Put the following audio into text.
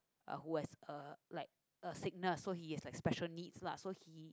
who has a like a sickness so he like special needs lah so he